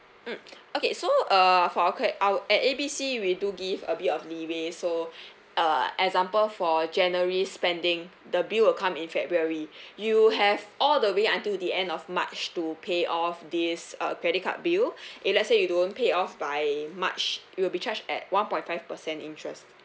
mm okay so err for our cred~ our at A B C we do give a bit of leeway so uh example for january spending the bill will come in february you have all the way until the end of march to pay off this uh credit card bill if let's say you don't pay off by march you will be charged at one point five percent interest